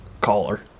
caller